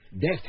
Death